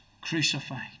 crucified